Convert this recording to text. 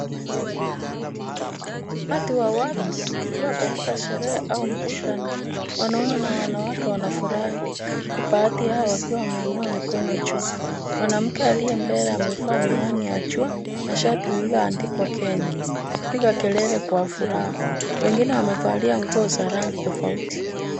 Umati wa watu ukiwa katika sherehe au mkutano , wanaume na wanawake wanafurahi huku baadhi yao wakiwa wameinua mikono juu. Mwanamke aliye mbele amevaa miwani ya jua na shati lililoandikwa Kenya wakipiga kelele kwa furaha. Wengine wamevalia nguo za rangi tofauti.